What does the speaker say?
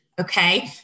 okay